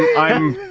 i'm,